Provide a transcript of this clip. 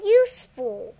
useful